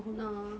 ah